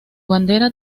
bandera